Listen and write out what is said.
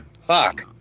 Fuck